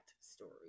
story